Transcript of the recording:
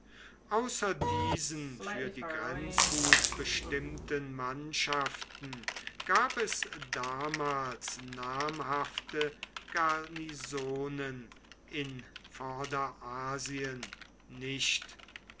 außer diesen für die grenzhut bestimmten mannschaften gab es damals namhafte garnisonen in vorderasien nicht